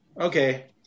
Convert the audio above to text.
okay